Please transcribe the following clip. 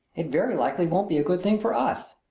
it very likely won't be a good thing for us.